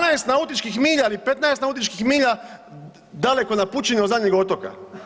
12 nautičkih milja ili 15 nautičkih milja daleko na pučini od zadnjeg otoka.